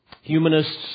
humanists